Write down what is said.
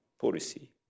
policy